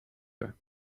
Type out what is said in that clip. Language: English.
her